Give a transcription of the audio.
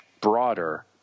broader